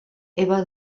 eva